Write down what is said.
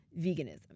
veganism